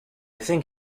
think